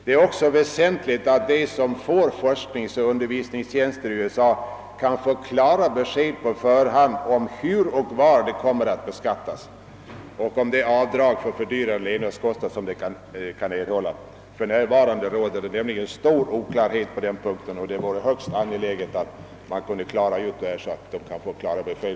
Det är också väsentligt att de som får forskningsoch undervisningstjänster i USA kan få klara besked på förhand om hur och var de kommer att beskattas och om de avdrag för fördyrade levnadskostnader som de kan erhålla. För närvarande råder det stor oklarhet på den punkten. Det är högst angeläget, att man klarar ut detta, så att de kan få besked.